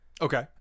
Okay